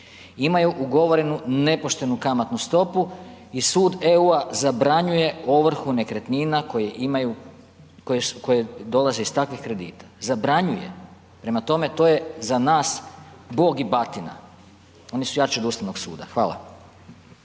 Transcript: imaju ugovorenu nepoštenu kamatnu stopu i sud EU-a zabranjuje ovrhu nekretnina koje dolaze iz takvih kredita, zabranjuje. Prema tome, to je za nas Bog i batina, oni su jači od Ustavnog suda. Hvala.